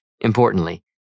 importantly